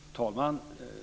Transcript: Fru talman!